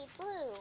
blue